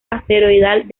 asteroidal